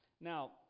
Now